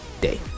day